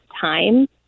time